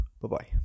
Bye-bye